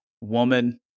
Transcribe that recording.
woman